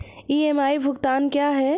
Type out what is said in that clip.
EMI भुगतान क्या है?